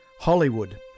Hollywood